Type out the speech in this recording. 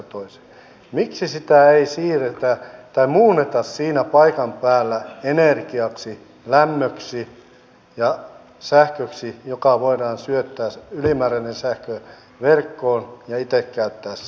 miksi sitä ei siirretä tai muunneta siinä paikan päällä energiaksi lämmöksi ja sähköksi jolloin ylimääräinen sähkö voidaan syöttää verkkoon ja itse käyttää siinä